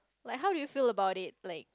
like how do you feel about it like